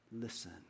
Listen